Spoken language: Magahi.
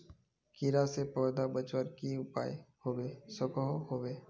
कीड़ा से पौधा बचवार की की उपाय होबे सकोहो होबे?